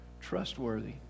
Trustworthy